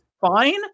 fine